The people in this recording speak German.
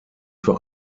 für